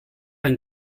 ein